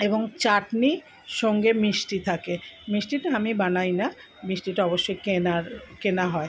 এবং চাটনি সঙ্গে মিষ্টি থাকে মিষ্টিটা আমি বানাই না মিষ্টিটা অবশ্যই কেনার কেনা হয়